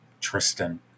Tristan